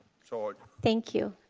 so ah thank you.